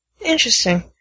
Interesting